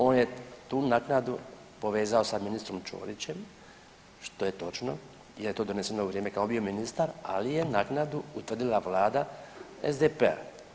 On je tu naknadu povezao sa ministrom Čorićem, što je točno, jer je to doneseno u vrijeme kad je on bio ministar ali je naknadu utvrdila Vlada SDP-a.